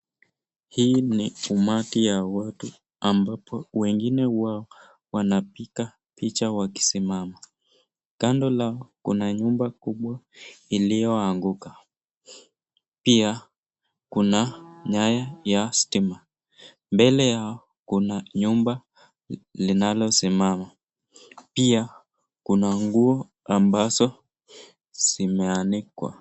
Hii ni umati ya watu, ambapo wengine wao wanapiga picha wakisimama. Kando lao kuna nyumba kubwa iliyoanguka, pia kuna nyaya ya stima. Mbele yao kuna nyumba linalosimama. Pia kuna nguo ambazo zimeanikwa.